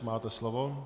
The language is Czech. Máte slovo.